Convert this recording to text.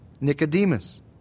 Nicodemus